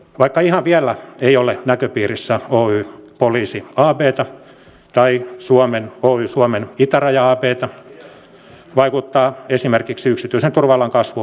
vaikka ihan vielä ei ole näköpiirissä oy poliisi abtä tai oy suomen itäraja abtä vaikuttaa esimerkiksi yksityisen turva alan kasvu turvallisuusviranomaisten työhön